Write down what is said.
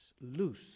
loose